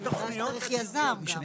גם אין יזמים.